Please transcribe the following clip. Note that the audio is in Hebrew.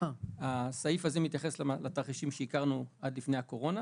הסעיף הזה מתייחס לתרחישים שהכרנו עד לפני הקורונה,